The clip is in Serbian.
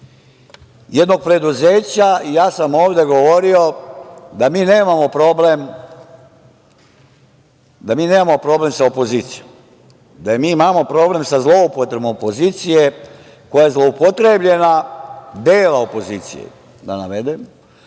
jednog preduzeća. Ja sam ovde govorio da mi nemamo problem sa opozicijom, da mi imamo problem sa zloupotrebom opozicije koja je zloupotrebljena, dela opozicije, koju